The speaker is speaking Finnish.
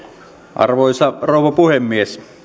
arvoisa rouva puhemies